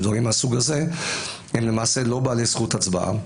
ובדברים מהסוג הזה הם למעשה לא בעלי זכות הצבעה,